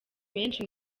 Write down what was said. benshi